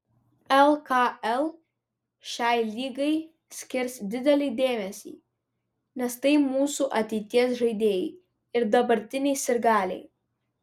lkl šiai lygai skirs didelį dėmesį nes tai mūsų ateities žaidėjai ir dabartiniai sirgaliai